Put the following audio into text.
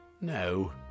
No